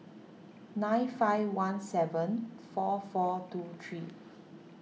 nine five one seven four four two three